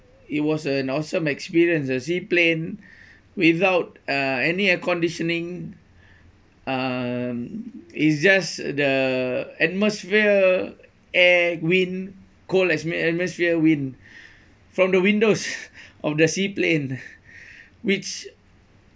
it was an awesome experience the sea plane without uh any air conditioning um it's just the atmosphere air wind cold atmos~ atmosphere wind from the windows of the sea plane which